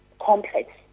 complex